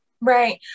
Right